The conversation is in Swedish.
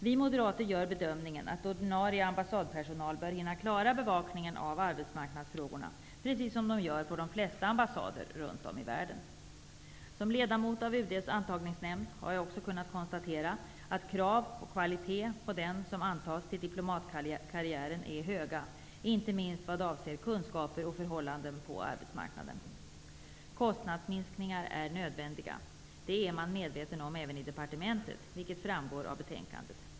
Vi Moderater gör bedömningen att ordinarie ambassadpersonal bör hinna klara bevakningen av arbetsmarknadsfrågor precis som de gör på de flesta ambassaderna i världen. Som ledamot av UD:s antagningsnämnd har jag också kunnat konstatera att krav och kvalitet på dem som antas till diplomatkarriären är höga, inte minst vad avser kunskaper om förhållanden på arbetsmarknaden. Kostnadsminskningar är nödvändiga. Det är man medveten om även i departementet, vilket framgår av betänkandet.